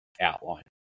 outline